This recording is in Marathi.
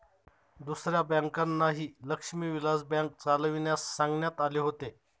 दुसऱ्या बँकांनाही लक्ष्मी विलास बँक चालविण्यास सांगण्यात आले होते